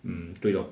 mm 对 lor